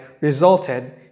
resulted